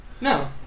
No